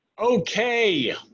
Okay